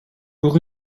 pour